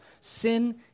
Sin